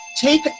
take